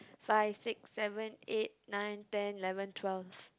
five six seven eight nine ten eleven twelve